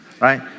right